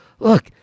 Look